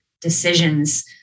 decisions